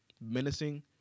menacing